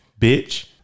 Bitch